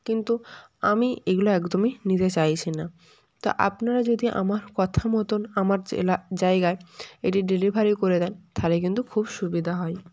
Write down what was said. কিন্তু আমি এগুলো একদমই নিতে চাইছি না তো আপনারা যদি আমার কথা মতন আমার যে জায়গায় এটি ডেলিভারি করে দেন তাহলে কিন্তু খুব সুবিধা হয়